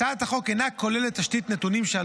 הצעת החוק אינה כוללת תשתית נתונים שעל